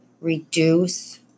reduce